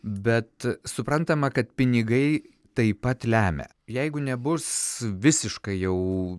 bet suprantama kad pinigai taip pat lemia jeigu nebus visiškai jau